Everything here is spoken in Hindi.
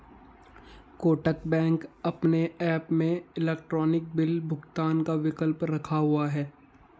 कोटक बैंक अपने ऐप में इलेक्ट्रॉनिक बिल भुगतान का विकल्प रखा हुआ है